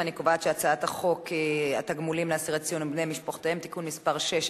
הצעת חוק התגמולים לאסירי ציון ולבני משפחותיהם (תיקון מס' 6),